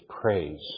praise